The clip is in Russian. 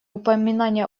упоминания